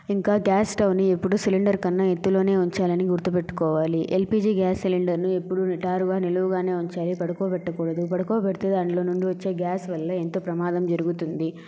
ఇంకా gas stove ని ఎప్పుడూ సిలిండర్ కన్నా ఎక్కువ ఎత్తులోనే ఉంచాలని గుర్తుపెట్టుకోవాలి ఎల్పిజి గ్యాస్ సిలిండర్ ను ఎప్పుడు నిటారుగా నిలువుగానే ఉంచాలి పడుకోపెట్టకూడదు పడుకోపెడితే దాంట్లో నుండి వచ్చే గ్యాస్ వల్ల ఎంతో ప్రమాదం జరుగుతుంది